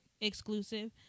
exclusive